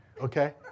Okay